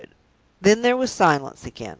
then there was silence again.